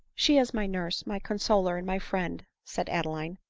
she is my nurse, my consoler, and my friend, said adeline.